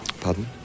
pardon